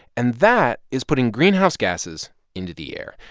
and that is putting greenhouse gases into the air,